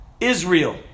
israel